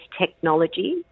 technology